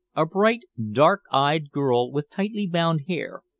a bright, dark-eyed girl with tightly-bound hair,